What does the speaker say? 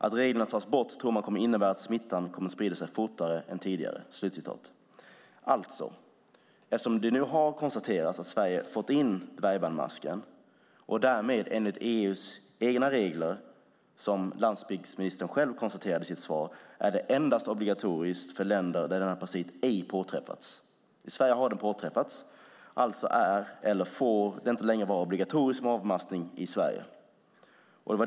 Att reglerna tas bort tror man kommer innebära att smittan kommer sprida sig fortare än tidigare." Eftersom det nu har konstaterats att Sverige har fått in dvärgbandmasken är det enligt EU:s egna regler, som landsbygdsministern konstaterar i sitt svar, endast obligatoriskt för länder där denna parasit ej påträffats. I Sverige har den påträffats, alltså får det inte längre vara obligatoriskt med avmaskning i Sverige.